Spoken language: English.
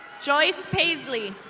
joyce paisler.